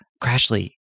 Crashly